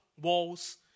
walls